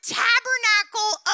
tabernacle